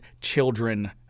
children